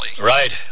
Right